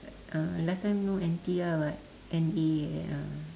uh last time no N_T ah but N_A like that ah